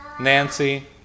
Nancy